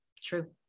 True